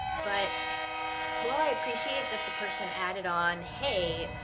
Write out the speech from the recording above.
but while i appreciate that the person added on hey,